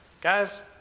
Guys